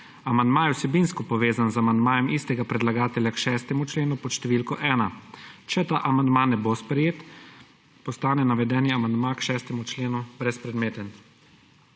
Amandma je vsebinsko povezan z amandmajem istega predlagatelja k 6. členu pod številko 1. Če ta amandma ne bo sprejet, postane navedeni amandma k 6. členu brezpredmeten.